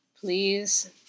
please